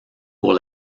pour